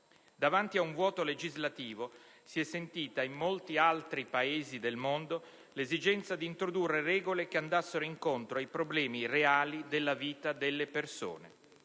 Davanti a un vuoto legislativo si è sentita in molti altri Paesi del mondo l'esigenza di introdurre regole che andassero incontro ai problemi reali della vita delle persone.